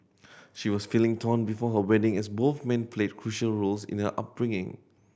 she was feeling torn before her wedding as both men played crucial roles in the upbringing